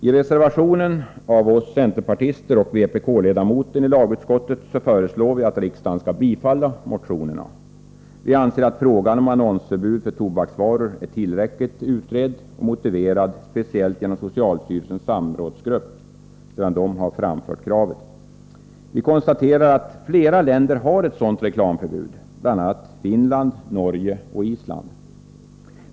I reservationer av oss centerpartister och vpk-ledamoten i LU föreslår vi att riksdagen skall bifalla motionerna. Vi anser att frågan om annonsförbud för tobaksvaror är tillräckligt utredd och ett förbud är motiverat speciellt genom att socialstyrelsens samrådsgrupp framfört kravet. Vi konstaterar att flera länder har ett sådant reklamförbud, bl.a. Finland, Norge och Island.